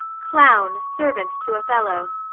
clown, servant to othello.